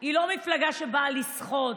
היא לא מפלגה שבאה לסחוט,